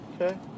Okay